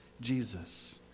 Jesus